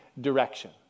direction